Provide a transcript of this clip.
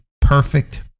perfect